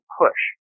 push